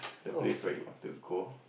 the place where you wanted to go